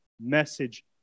message